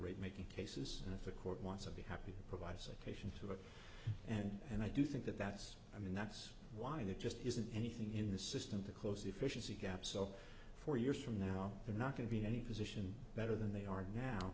rate making cases and if a court wants to be happy to provide citations and and i do think that that's i mean that's why there just isn't anything in the system to close the efficiency gap so four years from now they're not going to be in any position better than they are now